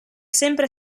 sempre